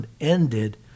ended